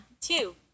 two